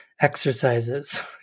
exercises